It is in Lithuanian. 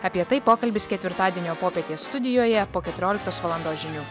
apie tai pokalbis ketvirtadienio popietę studijoje po keturioliktos valandos žinių